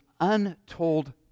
untold